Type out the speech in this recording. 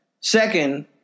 Second